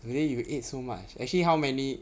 today you ate so much actually how many